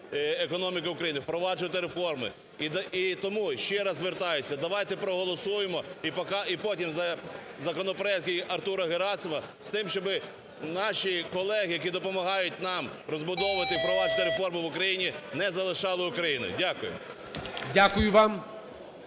економіку України, впроваджувати реформи. І тому ще раз звертаюся, давайте проголосуємо і потім законопроект і Артура Герасимова з тим, щоби наші колеги, які допомагають нам розбудовувати і впроваджувати реформи в Україні, не залишали України. Дякую. ГОЛОВУЮЧИЙ.